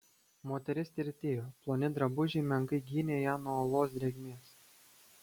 moteris tirtėjo ploni drabužiai menkai gynė ją nuo olos drėgmės